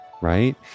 right